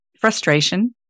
frustration